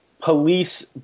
police